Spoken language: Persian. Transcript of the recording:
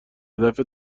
هدف